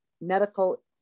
medical